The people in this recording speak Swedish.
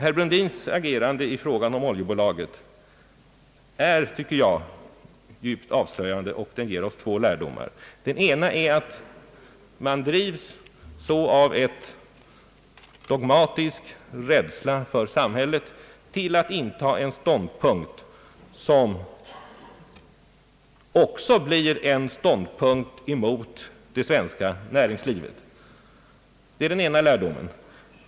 Herr Brundins agerande i frågan om oljebolaget är enligt min uppfattning djupt avslöjande och ger oss två lärdomar. Den ena är att man drivs så av en dogmatisk rädsla för samhället att man intar en ståndpunkt som också blir en ståndpunkt emot det svenska näringslivet. Det är den ena lärdomen.